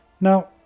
Now